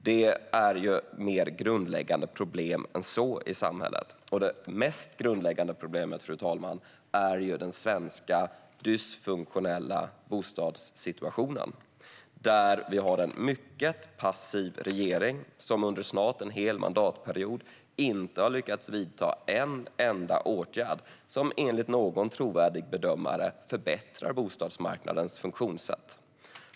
Det är mer grundläggande problem än så i samhället. Det mest grundläggande problemet, fru talman, är den svenska dysfunktionella bostadssituationen, där vi har en mycket passiv regering som under snart en hel mandatperiod inte har lyckats vidta en enda åtgärd som enligt någon trovärdig bedömare förbättrar bostadsmarknadens funktionssätt.